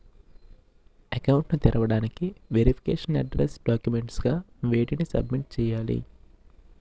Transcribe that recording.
Account ను తెరవటానికి verification address documents గా వేటిని సబ్మిట్ చేయాలి?